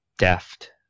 deft